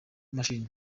mashini